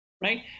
right